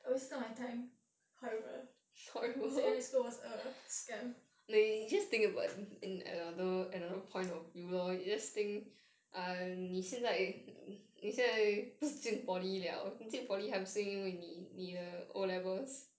oh I wasted my time however secondary school was a scam